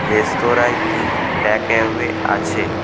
রেস্তরাঁয় কি টেকঅ্যাওয়ে আছে